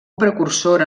precursora